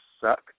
suck